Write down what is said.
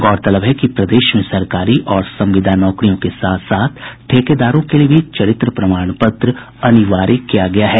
गौरतलब है कि प्रदेश में सरकारी और संविदा नौकरियों के साथ साथ ठेकेदारों के लिए भी चरित्र प्रमाण पत्र अनिवार्य किया गया है